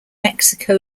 mexico